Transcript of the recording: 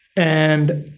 and,